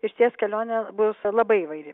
išties kelionė bus labai įvairi